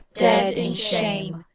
dead in shame,